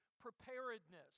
preparedness